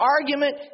argument